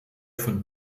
von